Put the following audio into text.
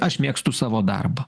aš mėgstu savo darbą